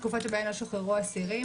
תקופות שבהן לא שוחררו אסירים,